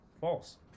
false